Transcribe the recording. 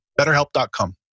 betterhelp.com